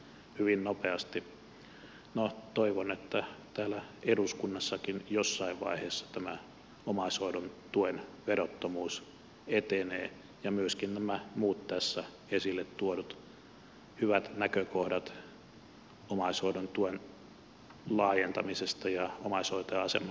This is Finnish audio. no toivon että täällä eduskunnassakin jossain vaiheessa tämä omaishoidon tuen verottomuus etenee ja myöskin nämä muut tässä esille tuodut hyvät näkökohdat omaishoidon tuen laajentamisesta ja omaishoitajan aseman parantamisesta